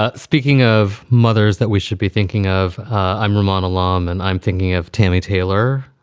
ah speaking of mothers that we should be thinking of, i'm vermont alarm and i'm thinking of tami taylor.